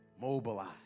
Mobilize